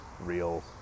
real